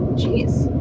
geez.